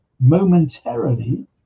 momentarily